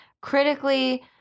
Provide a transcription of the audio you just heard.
critically